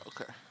Okay